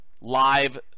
live